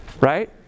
Right